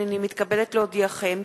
הנני מתכבדת להודיעכם,